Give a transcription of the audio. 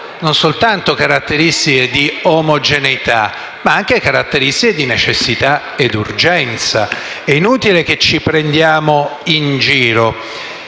non soltanto caratteristiche di omogeneità, ma anche caratteristiche di necessità e urgenza. È inutile che ci prendiamo in giro.